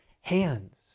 hands